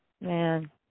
man